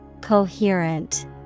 Coherent